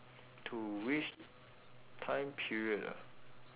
to which time period ah